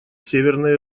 северной